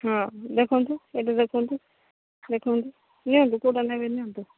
ହଁ ଦେଖନ୍ତୁ ଏଇଟା ଦେଖନ୍ତୁ ଦେଖନ୍ତୁ ନିଅନ୍ତୁ କେଉଁଟା ନେବେ ନିଅନ୍ତୁ